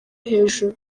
hejuru